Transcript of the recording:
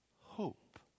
hope